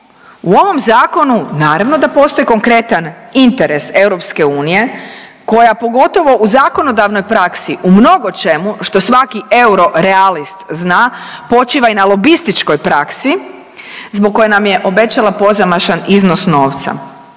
u ovom zakonu naravno da postoji konkretan interes EU koja pogotovo u zakonodavnoj praksi, u mnogočemu što svaki eurorealist zna počiva i na lobističkoj praksi zbog koje nam je obećala pozamašan iznos novca.